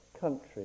country